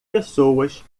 pessoas